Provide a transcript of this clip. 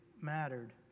mattered